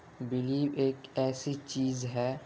blue ایک ایسی چیز ہے